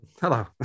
Hello